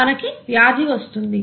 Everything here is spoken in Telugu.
మనకి వ్యాధి వస్తుంది